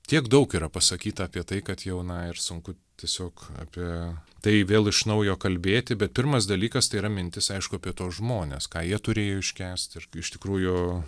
tiek daug yra pasakyta apie tai kad jau na ir sunku tiesiog apie tai vėl iš naujo kalbėti bet pirmas dalykas tai yra mintis aišku apie tuos žmones ką jie turėjo iškęst ir iš tikrųjų